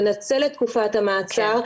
לנצל את תקופת המאסר,